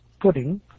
pudding